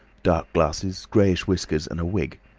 dark glasses, greyish whiskers, and a wig.